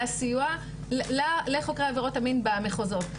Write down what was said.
הסיוע לחוקרי עבירות המין במחוזות,